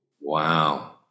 Wow